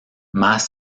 más